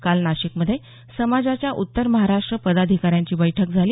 काल नाशिकमध्ये समाजाच्या उत्तर महाराष्ट्र पदाधिकाऱ्यांची बैठक झाली